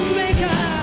maker